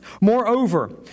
Moreover